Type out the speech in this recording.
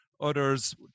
Others